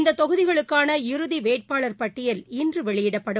இந்தத் தொகுதிகளுக்கான இறுதி வேட்பாளர் பட்டியல் இன்று வெளியிடப்படும்